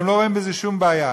והם לא רואים בזה שום בעיה.